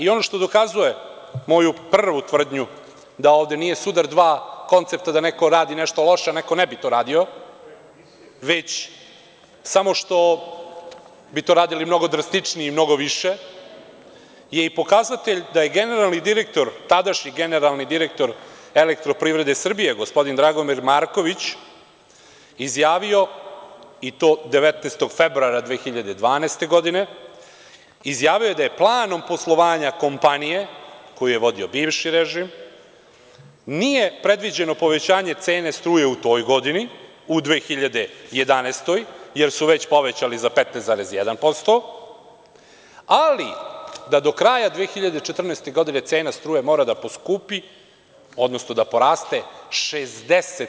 Ono što dokazuje moju prvu tvrdnju da ovde nije sudar dva koncepta, da neko radi nešto loše a neko ne bi to radio, već samo što bi to radili mnogo drastičnije i mnogo više, je i pokazatelj da je tadašnji generalni direktor EPS, gospodin Dragomir Marković, izjavio, i to 19. februara 2012. godine – da planom poslovanja kompanije koju je vodio bivši režim nije predviđeno povećanje cene struje u toj godini, u 2011, jer su već povećali za 15,1%, ali da do kraja 2014. godine cena struje mora da poskupi, odnosno da poraste 60%